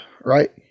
right